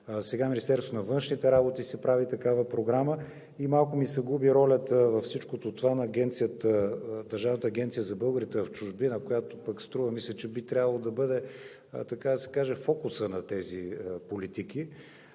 Сега в Министерството на външните работи се прави такава програма и малко ми се губи ролята във всичко това на Държавната агенция за българите в чужбина, която пък, струва ми се, че би трябвало да бъде, така да се каже,